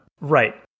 Right